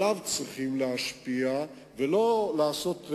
צריכים להשפיע עליו, ולא להיפך.